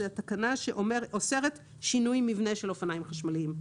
זו התקנה שאוסרת שינוי מבנה של אופניים חשמליים.